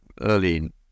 early